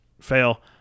fail